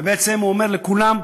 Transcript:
ובעצם הוא אומר פטור לכולם,